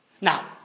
Now